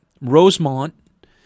Rosemont